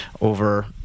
over